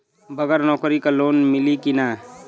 बगर नौकरी क लोन मिली कि ना?